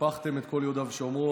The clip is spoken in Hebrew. סיפחתם את כל יהודה ושומרון,